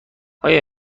آیا